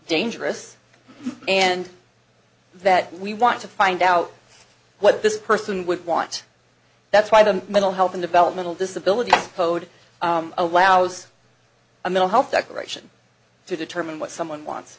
dangerous and that we want to find out what this person would want that's why the mental health and developmental disabilities code allows a mental health decoration to determine what someone wants